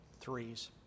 threes